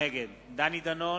נגד דני דנון,